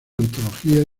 antologías